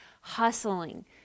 hustling